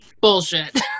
bullshit